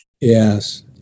Yes